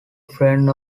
friend